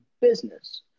business